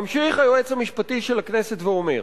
ממשיך היועץ המשפטי של הכנסת ואומר: